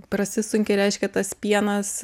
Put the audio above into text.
prasisunkia reiškia tas pienas